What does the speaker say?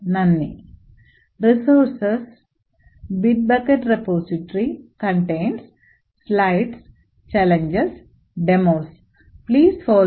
നന്ദി